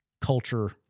culture